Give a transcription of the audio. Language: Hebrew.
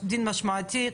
דין משמעתי,